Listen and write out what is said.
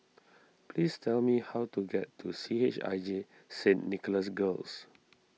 please tell me how to get to C H I J Saint Nicholas Girls